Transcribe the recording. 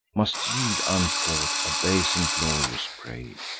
must yield unfought, a base inglorious prey.